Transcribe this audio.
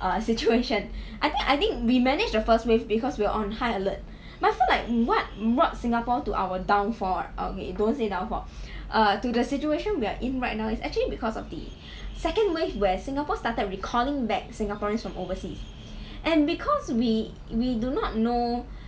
uh situation I think I think we managed the first wave because we were on high alert but I feel like what brought singapore to our downfall okay don't say downfall err to the situation we are in right now is actually because of the second wave where singapore started recalling back singaporeans from overseas and because we we do not know